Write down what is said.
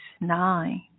Nine